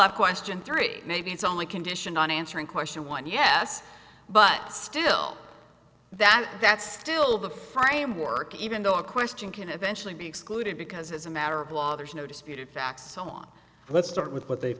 have question three maybe it's only conditioned on answering question one yes but still that that's still the framework even though a question can eventually be excluded because as a matter of law there's no disputed facts so on let's start with what they've